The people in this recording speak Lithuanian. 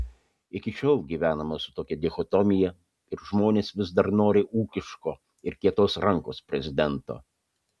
iki šiol gyvenama su tokia dichotomija ir žmonės vis dar nori ūkiško ir kietos rankos prezidento